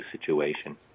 situation